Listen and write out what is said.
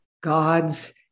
God's